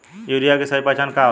Urea के सही पहचान का होला?